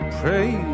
pray